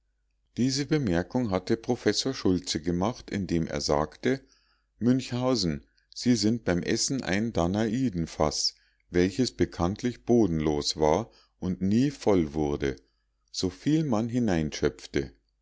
diese bemerkung hatte professor schultze gemacht indem er sagte münchhausen sie sind beim essen ein danaidenfaß welches bekanntlich bodenlos war und nie voll wurde so viel man hineinschöpfte